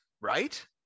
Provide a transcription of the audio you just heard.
Right